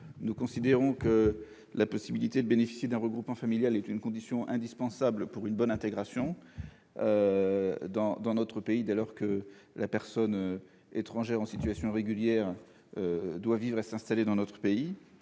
nous considérons que la possibilité de bénéficier d'un regroupement familial est une condition indispensable pour une bonne intégration dans notre pays, dès lors que la personne étrangère en situation régulière doit vivre et s'installer dans notre pays.